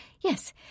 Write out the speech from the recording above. Yes